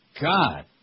God